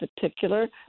particular